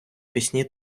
пісні